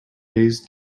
days